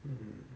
hmm